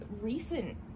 recent